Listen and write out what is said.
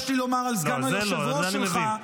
לא מיציתי את מה שיש לי לומר על סגן היושב-ראש שלך -- את זה לא,